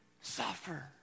suffer